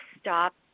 stop